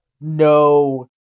no